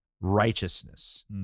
righteousness